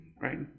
right